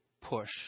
push